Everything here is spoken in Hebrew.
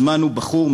הזמנו בחור,